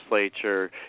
legislature